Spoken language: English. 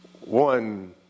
one